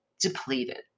depleted